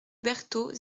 bertraud